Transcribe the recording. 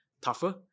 tougher